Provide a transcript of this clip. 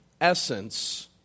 essence